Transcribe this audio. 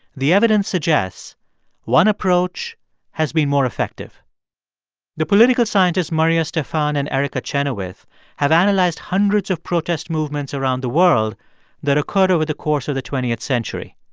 the evidence suggests one approach has been more effective the political scientists maria stephan and erica chenoweth have analyzed hundreds of protest movements around the world that occurred over the course of the twentieth century.